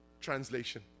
translation